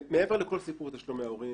מעבר לכל סיפור תשלומי ההורים,